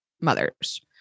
mothers